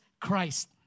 Christ